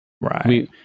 Right